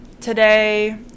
today